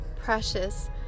precious